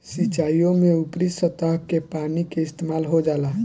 सिंचाईओ में ऊपरी सतह के पानी के इस्तेमाल हो जाला